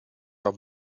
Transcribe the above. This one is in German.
war